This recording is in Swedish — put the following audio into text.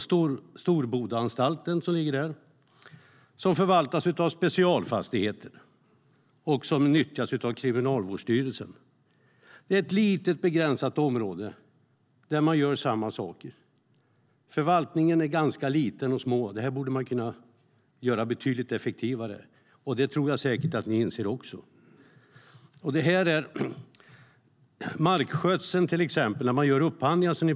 Storbodaanstalten, som ligger där, förvaltas av Specialfastigheter och nyttjas av Kriminalvårdsstyrelsen. Det är ett litet, begränsat område där man gör samma saker. Förvaltningen är ganska liten. Detta borde man kunna gör betydligt mer effektivt. Det tror jag säkert att ni inser. Ett exempel beträffande markskötseln: Det talades tidigare om upphandlingar.